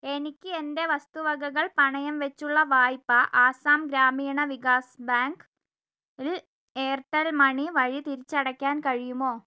എനിക്ക് എൻ്റെ വസ്തുവകകൾ പണയം വെച്ചുള്ള വായ്പ ആസാം ഗ്രാമീണവികാസ് ബാങ്ക് ൽ എയർടെൽ മണി വഴി തിരിച്ചടയ്ക്കാൻ കഴിയുമോ